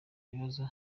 ibibazo